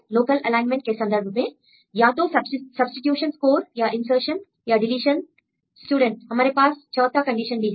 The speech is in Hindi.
लोकल एलाइनमेंट के संदर्भ में या तो सब्सीट्यूशन स्कोर या इन्सर्शन् या डीलीशन स्टूडेंट हमारे पास चौथा कंडीशन भी है